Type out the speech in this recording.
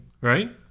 right